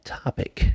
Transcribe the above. topic